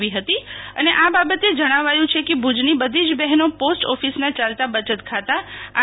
આવી ફતી અને આ બાબતે જણાવાયું છે કે ભુજની બધી જ બફેનો પોસ્ટ ઓફિસના ચાલતા બચત ખાતા આર